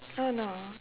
oh no